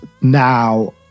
now